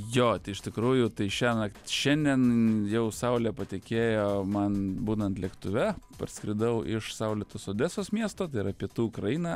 jo tai iš tikrųjų tai šiąnakt šiandien jau saulė patekėjo man būnant lėktuve parskridau iš saulėtos odesos miesto tai yra pietų ukraina